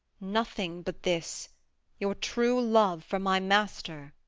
nothing but this your true love for my master.